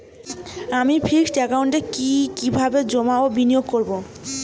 আমি ফিক্সড একাউন্টে কি কিভাবে জমা ও বিনিয়োগ করব?